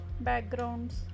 backgrounds